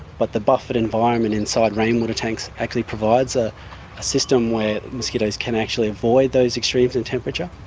but the buffered environment inside rainwater tanks actually provides a system where mosquitoes can actually avoid those extremes in temperature.